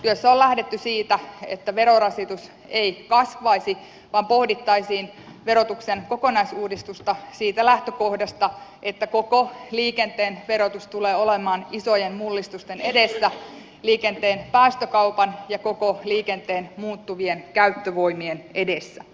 työssä on lähdetty siitä että verorasitus ei kasvaisi vaan pohdittaisiin verotuksen kokonaisuudistusta siitä lähtökohdasta että koko liikenteen verotus tulee olemaan isojen mullistusten edessä liikenteen päästökaupan ja koko liikenteen muuttuvien käyttövoimien edessä